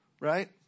right